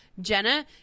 Jenna